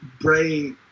Bray